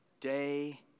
day